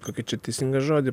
kokį čia teisingą žodį